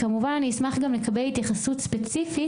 כמובן שאני אשמח גם לקבל התייחסות ספציפית